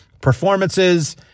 performances